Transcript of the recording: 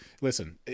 Listen